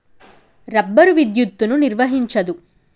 rubber విద్యుత్తును నిర్వహించదు